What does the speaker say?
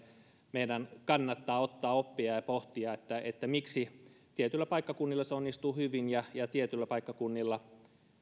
meidän kannattaa ottaa oppia ja pohtia miksi tietyillä paikkakunnilla se onnistuu hyvin ja ja tietyillä paikkakunnilla